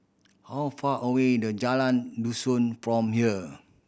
how far away in the Jalan Dusun from here